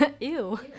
Ew